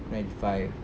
ninety five